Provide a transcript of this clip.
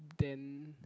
then